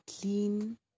clean